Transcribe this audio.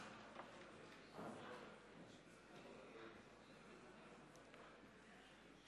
אדוני היושב-ראש, חברי הכנסת,